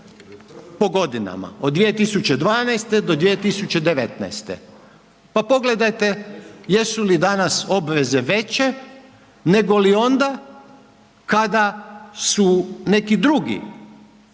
po godinama od 2012. do 2019. pa pogledajte jesu li danas obveze veće negoli onda kada su neki drugi